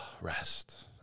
rest